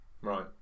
Right